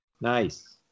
Nice